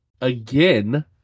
again